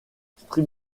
street